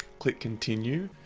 click continue,